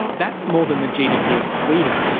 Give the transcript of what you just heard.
that's more than the gdp of sweden.